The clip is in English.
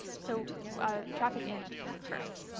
so traffic in first.